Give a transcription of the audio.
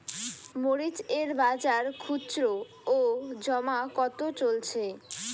মরিচ এর বাজার খুচরো ও জমা কত চলছে?